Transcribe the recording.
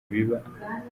biba